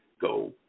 go